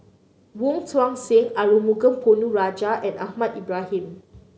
Wong Tuang Seng Arumugam Ponnu Rajah and Ahmad Ibrahim